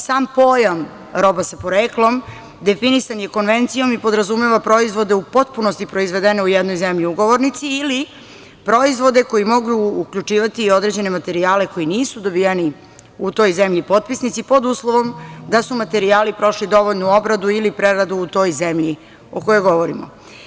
Sam pojam – roba sa poreklom – definisan je Konvencijom i podrazumeva proizvode u potpunosti proizvedene u jednoj zemlji ugovornici ili proizvode koji mogu uključivati i određene materijale koji nisu dobijeni u toj zemlji potpisnici, pod uslovom da su materijali prošli dovoljnu obradu ili preradu u toj zemlji o kojoj govorimo.